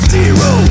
Zero